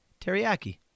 Teriyaki